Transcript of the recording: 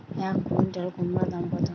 এক কুইন্টাল কুমোড় দাম কত?